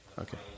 Okay